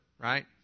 right